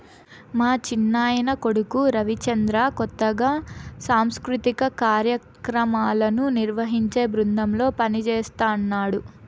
మా చిన్నాయన కొడుకు రవిచంద్ర కొత్తగా సాంస్కృతిక కార్యాక్రమాలను నిర్వహించే బృందంలో పనిజేస్తన్నడు